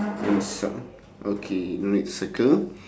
okay let's circle